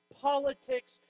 politics